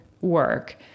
work